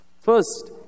First